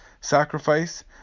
sacrifice